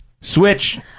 Switch